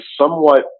somewhat